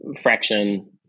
fraction